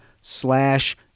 slash